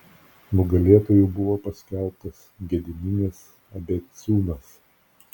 nugalėtoju buvo paskelbtas gediminas abeciūnas